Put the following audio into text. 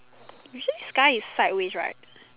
you say sky is side ways right